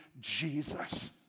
Jesus